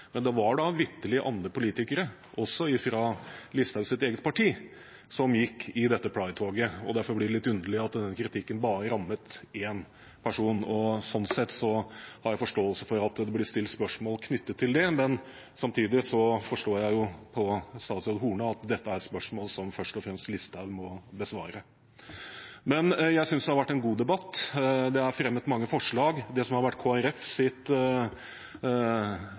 Det var da vitterlig også andre politikere – også fra Listhaugs eget parti – som gikk i dette Pride-toget. Derfor blir det litt underlig at denne kritikken bare rammet én person. Og sånn sett har jeg forståelse for at det blir stilt spørsmål knyttet til det. Samtidig forstår jeg på statsråd Horne at dette er et spørsmål som først og fremst Listhaug må besvare. Jeg synes det har vært en god debatt. Det er fremmet mange forslag. Det som har vært